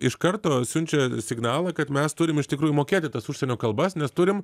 iš karto siunčia signalą kad mes turim iš tikrųjų mokėti tas užsienio kalbas nes turim